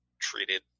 treated